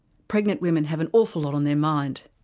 pregnant women have an awful lot on their mind,